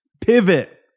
Pivot